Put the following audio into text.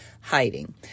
hiding